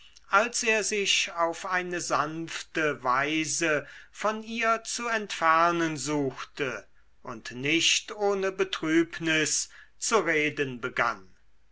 als er sich auf eine sanfte weise von ihr zu entfernen suchte und nicht ohne betrübnis zu reden begann